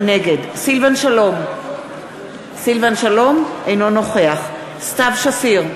נגד סילבן שלום, אינו נוכח סתיו שפיר,